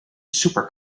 super